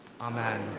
Amen